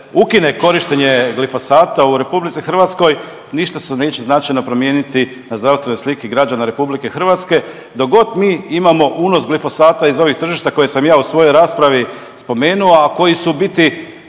ukine korištenje glifosata u RH ništa se neće značajno promijeniti na zdravstvenoj sliki građana RH dok god mi imamo unos glifosata iz ovih tržišta koje sam ja u svojoj raspravi spomenuo, a koji su u biti